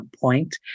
point